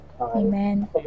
Amen